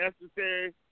necessary